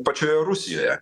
pačioje rusijoje